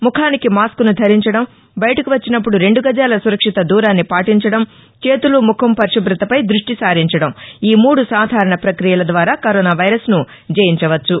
ముఖానికి మాస్కును ధరించడం బయటకు వచ్చినప్పుడు రెండు గజాల సురక్షిత దూరాన్ని పాటించడం చేతులు ముఖం పరిశుభ్రతపై దృష్టి సారించడంఈ మూడు సాధారణ ప్రక్రియల ద్వారా కరోనా వైరస్ను జయించవచ్చు